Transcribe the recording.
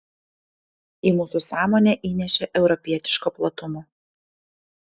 į mūsų sąmonę įnešė europietiško platumo